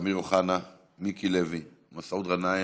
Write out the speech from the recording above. אמיר אוחנה, מיקי לוי, מסעוד גנאים,